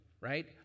right